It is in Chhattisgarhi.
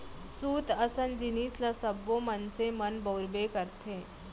सूत असन जिनिस ल सब्बो मनसे मन बउरबे करथे